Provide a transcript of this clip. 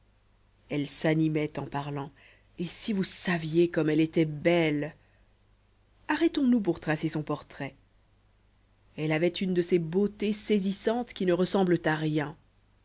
elle s'animait en parlant et si vous saviez comme elle était belle arrêtons-nous pour tracer son portrait elle avait une de ces beautés saisissantes qui ne ressemblent à rien